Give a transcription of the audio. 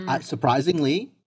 Surprisingly